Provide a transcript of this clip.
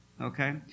Okay